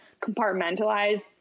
compartmentalize